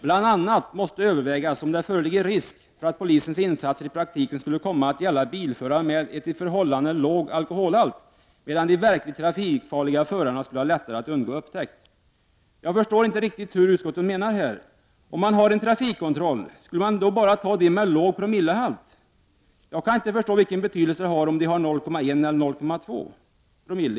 Bl.a. måste övervägas om det föreligger risk för att polisens insatser i praktiken skulle komma att gälla bilförare med en förhållandevis låg alkoholhalt medan de verkligt trafikfarliga förarna skulle ha lättare att undgå upptäckt.” Jag förstår inte vad utskottet menar. Om man har en trafikkontroll, skulle man då bara ta fast dem med låg alkoholkoncentration? Jag kan inte förstå vilken betydelse det har om de har en promillehalt på 0,1 eller 0,2.